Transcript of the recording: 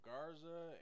Garza